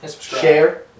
share